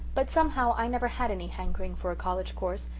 but somehow i never had any hankering for a college course,